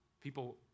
People